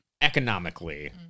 economically